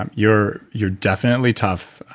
um you're you're definitely tough,